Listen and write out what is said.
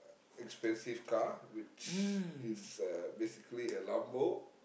expensive car which is uh basically a Lambo